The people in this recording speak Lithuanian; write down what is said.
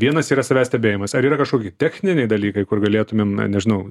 vienas yra savęs stebėjimas ar yra kažkokie techniniai dalykai kur galėtumėm na nežinau